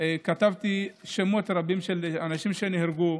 כתבתי שמות רבים של אנשים שנהרגו,